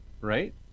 right